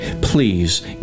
Please